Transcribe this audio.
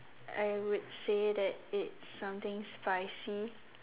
I would say that it's something spicy